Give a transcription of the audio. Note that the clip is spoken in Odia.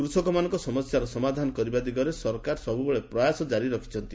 କୃଷକମାନଙ୍କ ସମସ୍ୟାର ସମାଧାନ କରିବା ଦିଗରେ ସରକାର ସବୁବେଳେ ପ୍ରୟାସ କାରି ରଖିଛନ୍ତି